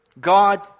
God